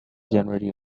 january